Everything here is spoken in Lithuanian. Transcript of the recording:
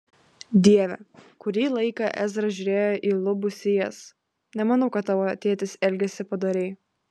dieve kurį laiką ezra žiūrėjo į lubų sijas nemanau kad tavo tėtis elgėsi padoriai